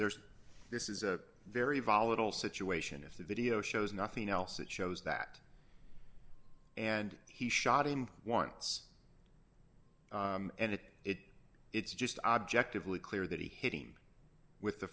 there's this is a very volatile situation if the video shows nothing else it shows that and he shot him once and it it it's just objectively clear that he hit him with